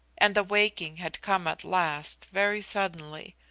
and the waking had come at last very suddenly.